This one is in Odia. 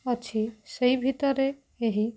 ଅଛି ସେଇ ଭିତରେ ଏହି